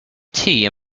tea